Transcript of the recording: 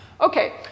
Okay